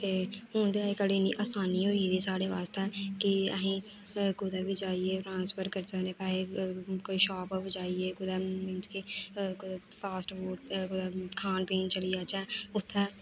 ते हून ते एह्कड़ी असानी होई गेदी साढ़े बास्तै कि अहीं कुतै बी जाइये ट्रांसफर करी सकनें पैहे कोई शाप उप्पर जाइये कुतै मींस कि कुतै फास्ट फूड खान पीन चली जाचै उत्थै